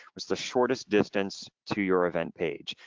what's the shortest distance to your event page?